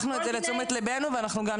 לקחנו את זה לתשומת ליבנו.